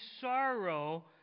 sorrow